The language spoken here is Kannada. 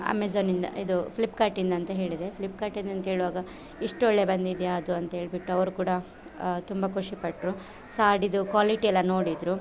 ಅಮೇಝಾನ್ನಿಂದ ಇದು ಫ್ಲಿಪ್ಕಾರ್ಟಿಂದ ಅಂತ ಹೇಳಿದೆ ಫ್ಲಿಪ್ಕಾರ್ಟಿಂದ ಅಂತ ಹೇಳುವಾಗ ಇಷ್ಟೊಳ್ಳೆಯ ಬಂದಿದೆಯಾ ಅದು ಅಂತ್ಹೇಳ್ಬಿಟ್ಟು ಅವರು ಕೂಡ ತುಂಬ ಖುಷಿ ಪಟ್ಟರು ಸಾಡಿದು ಕ್ವಾಲಿಟಿ ಎಲ್ಲ ನೋಡಿದರು